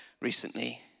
recently